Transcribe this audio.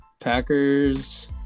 Packers